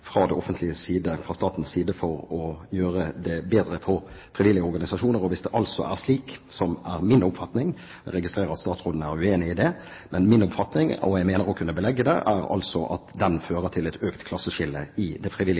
fra det offentliges side, fra statens side, for å gjøre det bedre for frivillige organisasjoner. Og hvis det er slik, som er min oppfatning – jeg registrerer at statsråden er uenig i det – mener jeg å kunne ha belegg for at den fører til et økt klasseskille i det frivillige